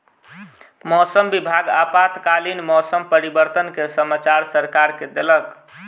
मौसम विभाग आपातकालीन मौसम परिवर्तन के समाचार सरकार के देलक